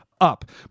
up